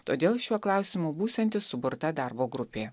todėl šiuo klausimu būsianti suburta darbo grupė